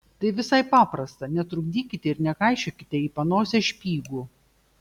tai visai paprasta netrukdykite ir nekaišiokite į panosę špygų